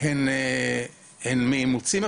הן מאימוץ ילדים,